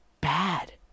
bad